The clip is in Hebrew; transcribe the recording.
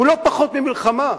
הוא לא פחות ממלחמה.